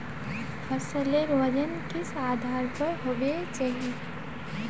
फसलेर वजन किस आधार पर होबे चही?